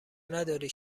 نداری